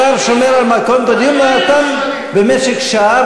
השר שומר על מתכונת הדיון ונתן במשך שעה